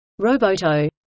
Roboto